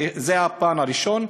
זה הפן הראשון.